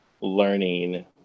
learning